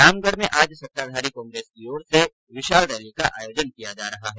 रामगढ़ में आज सत्ताधारी कांग्रेस की ओर से विशाल रैली का आयोजन किया जा रहा है